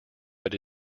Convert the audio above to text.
but